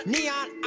Neon